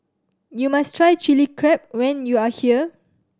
you must try Chilli Crab when you are here